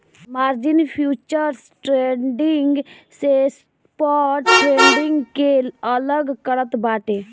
margin futures trading से spot trading के अलग करत बाटे